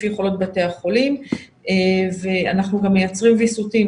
לפי יכולות בתי החולים ואנחנו גם מייצרים ויסותים,